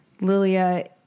Lilia